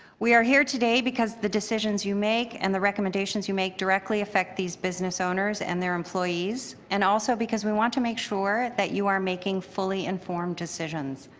we are here today because the decisions you make and the recommendations you make directly affect these business owners and their employees and also because we want to make sure that you are making fully informed decisions.